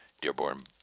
Dearborn